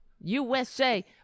USA